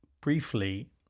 briefly